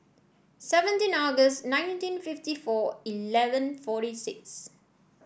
seventeen August nineteen fifty four eleven forty six